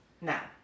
Now